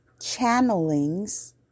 channelings